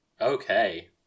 Okay